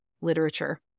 literature